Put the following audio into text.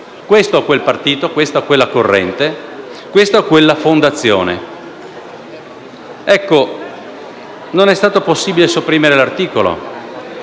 questo o quel partito, questa o quella corrente, questa o quella fondazione. Non è stato possibile sopprimere l'articolo,